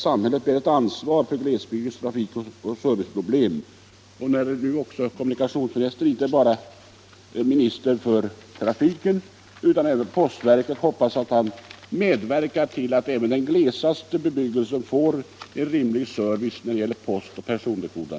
Samhället bär ett ansvar för glesbygdens trafik och servicebehov, och när kommunikationsministern inte bara är minister för trafiken utan även för postverket hoppas jag att han medverkar till att även den glesaste bebyggelse får en rimlig service när det gäller postoch personbefordran.